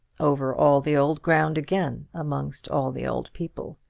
over all the old ground again, amongst all the old people.